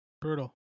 Brutal